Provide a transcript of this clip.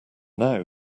now